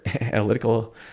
analytical